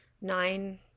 nine